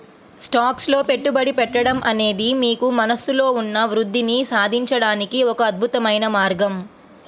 stocks లో పెట్టుబడి పెట్టడం అనేది మీకు మనస్సులో ఉన్న వృద్ధిని సాధించడానికి ఒక అద్భుతమైన మార్గం